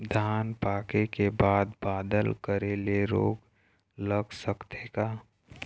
धान पाके के बाद बादल करे ले रोग लग सकथे का?